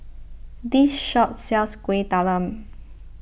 this shop sells Kueh Talam